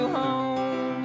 home